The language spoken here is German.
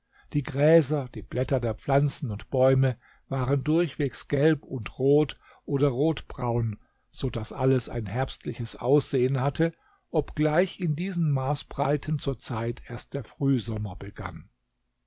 die gräser die blätter der pflanzen und bäume waren durchweg gelb und rot oder rotbraun so daß alles ein herbstliches aussehen hatte obgleich in diesen marsbreiten zur zeit erst der frühsommer begann